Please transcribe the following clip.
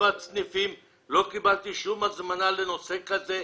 לא קיבלתי שום הזמנה לנושא כזה,